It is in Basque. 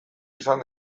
izan